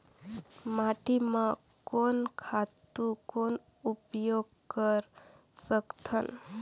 माटी म कोन खातु कौन उपयोग कर सकथन?